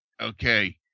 okay